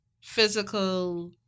physical